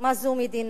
מה זו מדינה.